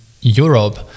Europe